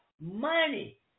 Money